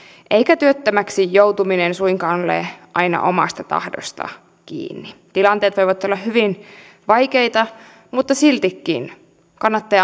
eikä työttömäksi joutuminen suinkaan ole aina omasta tahdosta kiinni tilanteet voivat olla hyvin vaikeita mutta siltikin kannattaa